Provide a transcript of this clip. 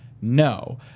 No